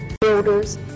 builders